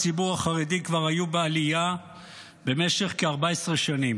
היו בעלייה במשך כ-14 שנים.